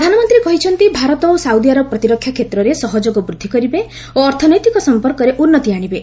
ପ୍ରଧାନମନ୍ତ୍ରୀ କହିଛନ୍ତି ଭାରତ ଓ ସାଉଦି ଆରବ ପ୍ରତିରକ୍ଷା କ୍ଷେତ୍ରରେ ସହଯୋଗ ବୃଦ୍ଧି କରିବେ ଓ ଅର୍ଥନୈତିକ ସମ୍ପର୍କରେ ଉନ୍ନତି ଆଶିବେ